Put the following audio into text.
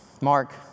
Mark